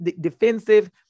defensive